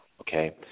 okay